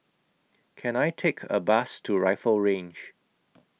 Can I Take A Bus to Rifle Range